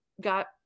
got